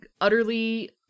utterly